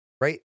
right